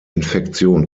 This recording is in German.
infektion